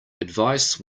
advice